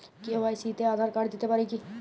KYC তে Aadhaar card দিতে পারি কি?